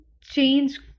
change